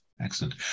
Excellent